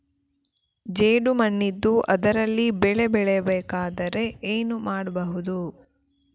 ಜೇಡು ಮಣ್ಣಿದ್ದು ಅದರಲ್ಲಿ ಬೆಳೆ ಬೆಳೆಯಬೇಕಾದರೆ ಏನು ಮಾಡ್ಬಹುದು?